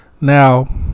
Now